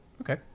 Okay